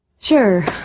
Sure